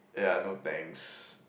yeah no thanks